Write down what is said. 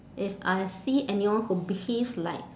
if I see anyone who behaves like